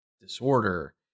disorder